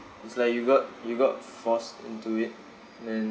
it's like you got you got forced into it and then